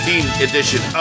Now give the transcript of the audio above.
edition